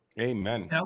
Amen